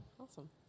Awesome